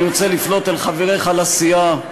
אני רוצה לפנות אל חבריך לסיעה,